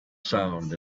sound